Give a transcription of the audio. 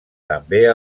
també